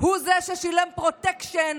הוא זה ששילם פרוטקשן